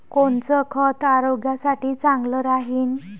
कोनचं खत आरोग्यासाठी चांगलं राहीन?